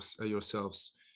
yourselves